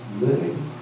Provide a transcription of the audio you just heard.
living